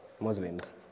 Muslims